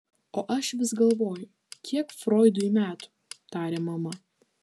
o aš vis galvoju kiek froidui metų tarė mama